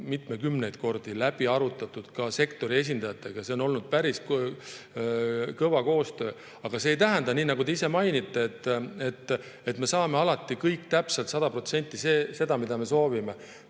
mitmekümneid kordi läbi arutatud ka sektori esindajatega ja see on olnud päris kõva koostöö. Aga see ei tähenda, nii nagu te ka ise mainite, et me saame alati täpselt sada protsenti seda, mida me soovime.